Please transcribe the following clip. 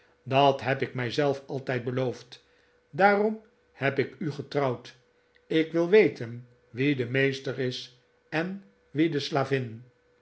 dat heb ik mij zelf altijd beloofd daarom heb ik u getrouwd ik wil weten wie de meester is en wie de slavin